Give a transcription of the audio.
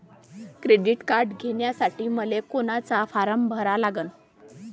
Credit card घ्यासाठी मले कोनचा फारम भरा लागन?